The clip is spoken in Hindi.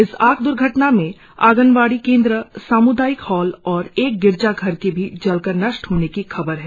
इस आग द्र्घटना में आंगनवाड़ी केंद्र साम्दायिक हॉल और एक गिरजा घर के भी जलकर नष्ठ होने की खबर है